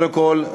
קודם כול,